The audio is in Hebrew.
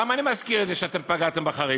למה אני מזכיר את זה שאתם פגעתם בחרדים?